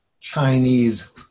Chinese